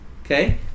okay